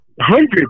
hundreds